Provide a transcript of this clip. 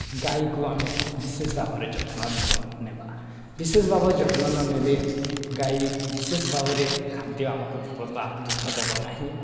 ଗାଈକୁ ଆମେ ବିଶେଷ ଭାବରେ ଯତ୍ନ ନେବା ବିଶେଷ ଭାବରେ ଯତ୍ନ ନ ନେଲେ